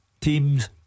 Teams